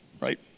right